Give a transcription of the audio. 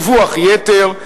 דיווח יתר,